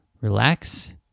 relax